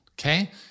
Okay